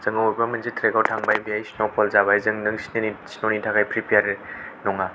जों बबेबा मोनसे ट्रेकआव थांबाय बेहाय स्न'फल जाबाय जों स्न' नि थाखाय प्रिप्येर नङा